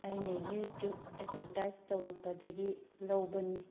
ꯑꯩꯅ YouTube advertise ꯇꯧꯔꯛꯄꯗꯒꯤ ꯂꯧꯕꯅꯤ